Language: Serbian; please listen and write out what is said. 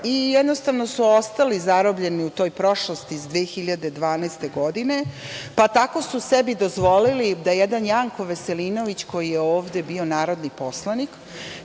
Jednostavno su ostali zarobljeni u toj prošlosti iz 2012. godine, pa su tako sebi dozvolili da jedan Janko Veselinović, koji je ovde bio narodni poslanik,